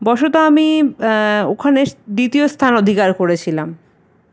বশত আমি ওখানে দ্বিতীয় স্থান অধিকার করেছিলাম